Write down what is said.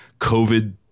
covid